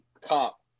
cop